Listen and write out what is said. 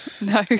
No